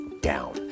down